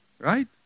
Right